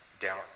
doubt